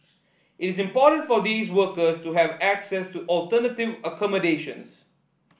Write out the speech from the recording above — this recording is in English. it is important for these workers to have access to alternative accommodations